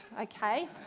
Okay